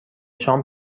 شام